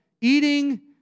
Eating